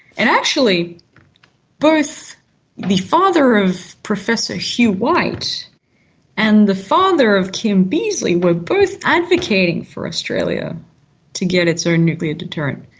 and actually both the father of professor hugh white and the father of kim beazley were both advocating for australia to get its own nuclear deterrent,